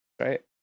right